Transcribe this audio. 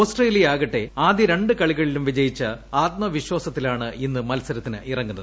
Australia ആകട്ടെ ആദ്യ രണ്ട് കളികളിലും വിജയിച്ച ആത്മവിശ്വാസത്തിലാണ് ഇന്ന് മത്സരത്തിനിറങ്ങുന്നത്